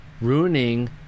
ruining